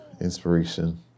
inspiration